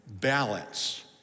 balance